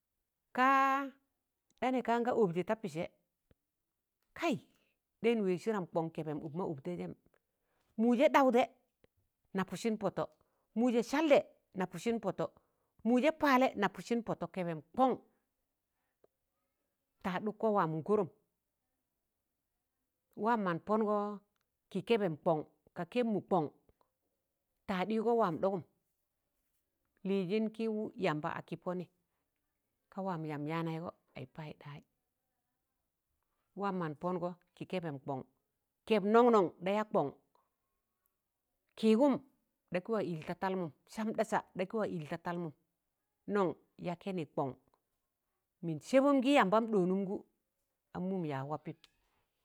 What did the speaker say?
kaa danẹ kaanga ọbjẹ tapịsẹ kai! ɗẹn nwẹẹg sịdam kọṇ kẹbẹn ụk ma ọbtẹịjẹm mụụjẹ ɗaụdẹ napụsịn pọtọ mụụjẹ saldẹ napusin pọtọ mụụjẹ paalẹ napụsịn pọtọ kẹbẹm kọn taaḍụkkọ waamụ kọrọm nwaam mọn pọngọ kị kẹbẹm kọṇ ka kẹbmụ kọṇ taaḍịgọ waam ɗọgụm Lịịjị kị yamba akị pọnị ka waam yam yaanaịgọ aị paịdayị nwaam mọn pọngọ kị kẹbẹna kọṇ. kẹb nọṇ nọṇ da ya kọṇ kịịgụm ḍakị wa ịlta talmụm sam ɗasa ɗakị wa ịl ta talmụ m nọṇ ya kẹnị kọṇ mịn sẹbụm gị yambam ɗọọnụmgụ a mụụm yaag wa pịp.